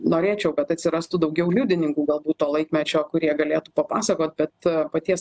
norėčiau kad atsirastų daugiau liudininkų galbūt to laikmečio kurie galėtų papasakot bet paties